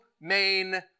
main